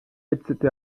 etc